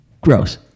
Gross